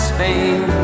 Spain